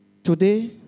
Today